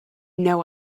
know